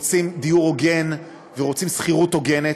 ו"רוצים דיור הוגן" ו"רוצים שכירות הוגנת".